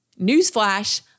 Newsflash